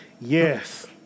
Yes